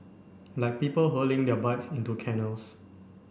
like people hurling their bikes into canals